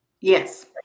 yes